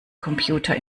computer